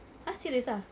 !huh! serious ah